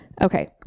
okay